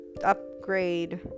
upgrade